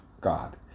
God